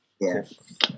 Yes